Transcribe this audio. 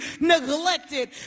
neglected